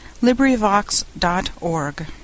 LibriVox.org